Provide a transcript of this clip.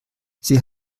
sie